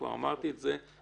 כבר אמרתי את זה.